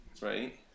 Right